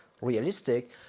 realistic